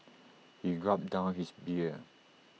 he gulped down his beer